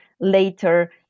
later